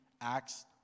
Acts